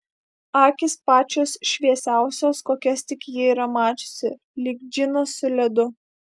akys pačios šviesiausios kokias tik ji yra mačiusi lyg džinas su ledu